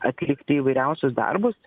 atlikti įvairiausius darbus